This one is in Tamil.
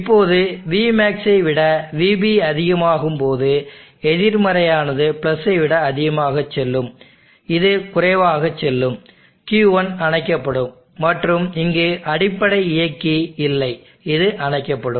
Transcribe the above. இப்போது vmax ஐ விட VB அதிகமாகும்போது எதிர்மறையானது பிளஸை விட அதிகமாக செல்லும் இது குறைவாக செல்லும் Q1 அணைக்கப்படும் மற்றும் இங்கு அடிப்படை இயக்கி இல்லை இது அணைக்கப்படும்